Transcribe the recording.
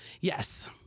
Yes